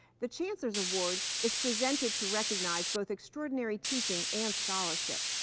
the chancellor's award is presented to recognize both extraordinary teaching and scholarship.